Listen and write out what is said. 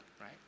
right